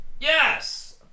Yes